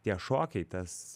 tie šokiai tas